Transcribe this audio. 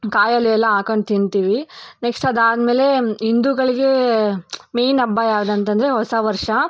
ಕಾಯಿ ಹಾಲೆಲ್ಲ ಹಾಕಂಡ್ ತಿಂತೀವಿ ನೆಕ್ಸ್ಟ್ ಅದಾದಮೇಲೆ ಹಿಂದೂಗಳಿಗೆ ಮೇಯ್ನ್ ಹಬ್ಬ ಯಾವುದು ಅಂತ ಅಂದರೆ ಹೊಸ ವರ್ಷ